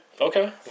okay